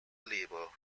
label